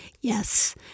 Yes